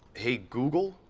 hey, google,